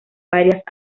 varias